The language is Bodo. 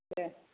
दे